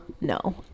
no